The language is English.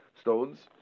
stones